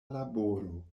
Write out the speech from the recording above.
laboro